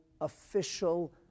official